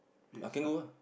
pay extra